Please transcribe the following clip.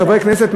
חברי הכנסת,